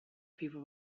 people